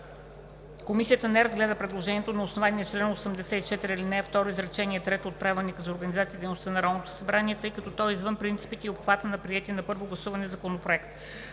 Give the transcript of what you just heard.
Комисията не разгледа предложението на основание чл. 84, ал. 2, изречение трето от Правилника за организацията и дейността на Народното събрание, тъй като то е извън принципите и обхвата на приетия на първо гласуване законопроект.